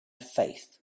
faith